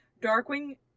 Darkwing